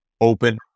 open